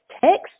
text